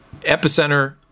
epicenter